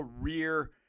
career